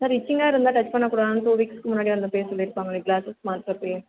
sir இச்சிங்காக இருந்தால் touch பண்ண கூடாதுன்னு டூ வீக்ஸ்ஸுக்கு முன்னாடி வந்தப்போயே சொல்லியிருப்பாங்களே கிளாஸஸ் மாற்றுறப்பயே